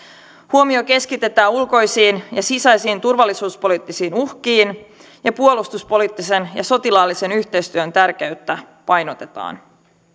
huomio keskitetään ulkoisiin ja sisäisiin turvallisuuspoliittisiin uhkiin ja puolustuspoliittisen ja sotilaallisen yhteistyön tärkeyttä painotetaan